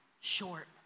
short